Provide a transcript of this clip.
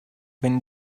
when